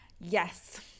yes